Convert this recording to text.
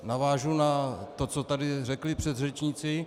Navážu na to, co tady řekli předřečníci.